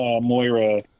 Moira